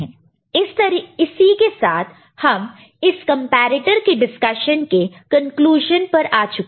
तो इसी के साथ हम इस कंपैरेटर के डिस्कशन के कंक्लूजन पर आ चुके हैं